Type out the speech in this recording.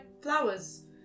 flowers